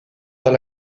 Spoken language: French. dans